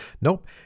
Nope